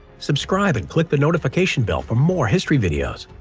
subscribe and click the notification bell for more history videos